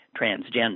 transgender